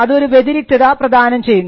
അത് ഒരു വ്യതിരിക്തത പ്രദാനം ചെയ്യുന്നു